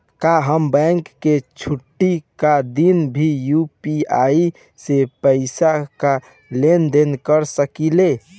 का हम बैंक के छुट्टी का दिन भी यू.पी.आई से पैसे का लेनदेन कर सकीले?